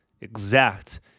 exact